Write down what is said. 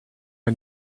are